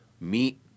meet